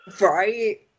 Right